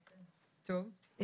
טוב.